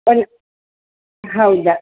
ಒಂದು ಹೌದಾ